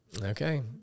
Okay